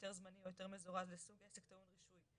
היתר זמני או היתר מזורז לסוג עסק טעון רישוי,